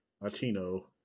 Latino